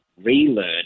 relearn